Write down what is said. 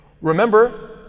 Remember